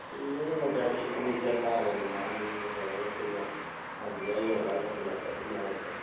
ꯆꯟꯗ꯭ꯔꯒꯅ ꯒꯥꯔꯤ ꯑꯅꯤ ꯆꯠ ꯇꯥꯔꯦꯗꯅ ꯑꯅꯤꯗ ꯇꯧꯔꯒ ꯄꯨꯟꯅ ꯑꯗꯨꯗ ꯑꯩ ꯌꯧꯔꯛꯑꯒ ꯄꯨꯟꯅ ꯆꯠꯃꯤꯟꯅꯔꯁꯦ